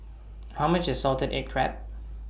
How much IS Salted Egg Crab